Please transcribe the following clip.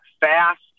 fast